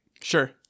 Sure